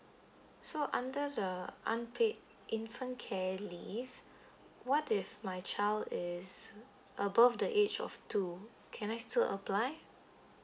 so under the unpaid infant care leave what if my child is above the age of two can I still apply